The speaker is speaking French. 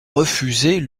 refuser